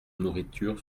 nourriture